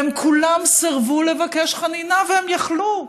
והם כולם סירבו לבקש חנינה, והם יכלו,